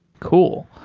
cool.